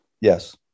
Yes